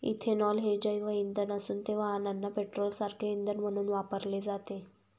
ethanol हे जैवइंधन असून ते वाहनांना पेट्रोलसारखे इंधन म्हणून वापरले जाते